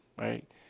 right